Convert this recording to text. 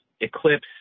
Eclipse